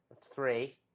Three